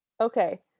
Okay